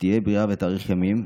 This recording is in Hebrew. שתהיה בריאה ותאריך ימים,